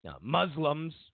Muslims